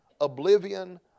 oblivion